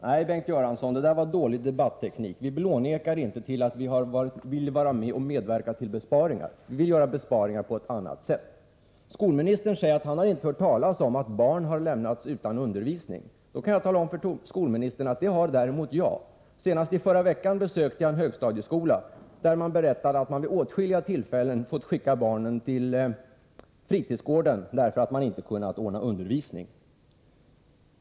Herr talman! Det där var dålig debatteknik, Bengt Göransson. Nej, vi blånekar inte till att vi ville medverka till besparingar, vi vill göra besparingar på ett annat sätt. Skolministern säger att han inte har hört talas om att barn har lämnats utan undervisning. Jag kan tala om för skolministern att jag har gjort det. Senast i förra veckan besökte jag en högstadieskola, där man berättade att man vid åtskilliga tillfällen hade fått skicka barnen till fritidsgården, eftersom man inte hade kunnat ordna undervisning.